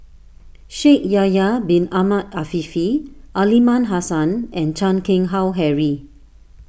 Shaikh Yahya Bin Ahmed Afifi Aliman Hassan and Chan Keng Howe Harry